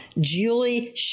Julie